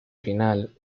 final